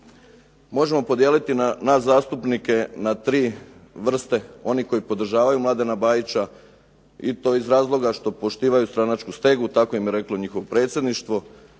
Možemo podijeliti nas zastupnike na tri vrste oni koji podržavaju Mladena Bajića i to iz razloga što poštivaju stranačku stegu, tako im je reklo njihovo predsjedništvo.